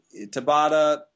Tabata –